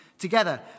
Together